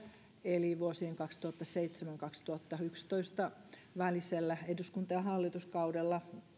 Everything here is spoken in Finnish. eli vuosien kaksituhattaseitsemän ja kaksituhattayksitoista välisellä eduskunta ja hallituskaudella